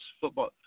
football